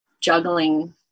juggling